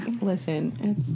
Listen